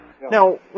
Now